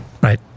right